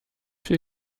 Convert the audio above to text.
viel